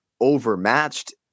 overmatched